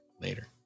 later